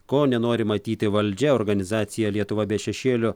ko nenori matyti valdžia organizacija lietuva be šešėlio